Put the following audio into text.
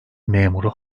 memuru